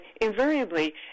invariably